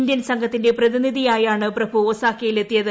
Indian സംഘത്തിന്റെ പ്രതിനിധിയായാണ് പ്രഭു ഒസാക്കയിലെത്തിയത്